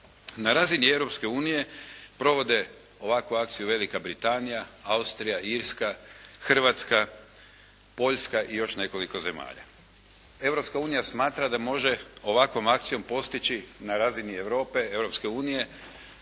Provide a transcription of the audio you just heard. unije provode ovakvu akciju Velika Britanija, Austrija, Irska, Hrvatska, Poljska i još nekoliko zemalja. Europska unija smatra da može ovakvom akcijom postići na razini Europe,